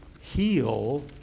heal